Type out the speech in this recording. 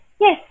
Yes